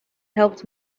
helped